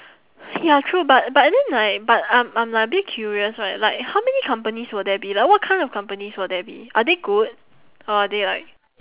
ya true but but then like but I'm I'm like a bit curious right like how many companies will there be like what kind of companies will there be are they good or are they like